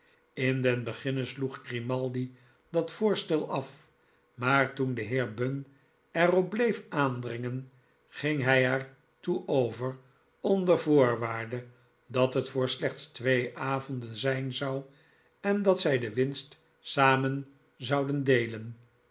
in den beginne sloeg grimaldi dat voorstel af maar toen de heer bunn er op bleef aandringen ging hij er toe over onder voorwaarde dat het voor slechts twee avonden zijn zou en dat zij de winst samen zouden deelen